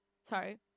Sorry